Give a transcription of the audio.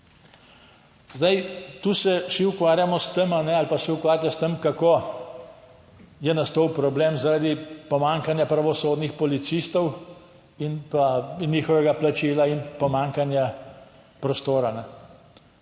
Zdaj, tu se vsi ukvarjamo s tem ali pa se ukvarjate s tem, kako je nastal problem zaradi pomanjkanja pravosodnih policistov in pa njihovega plačila in pomanjkanja prostora.